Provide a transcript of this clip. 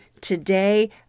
Today